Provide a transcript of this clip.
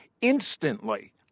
Instantly